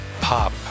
Pop